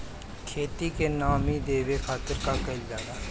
खेत के नामी देवे खातिर का कइल जाला?